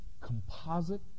composite